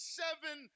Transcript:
seven